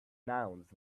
nouns